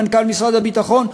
מנכ"ל משרד הביטחון,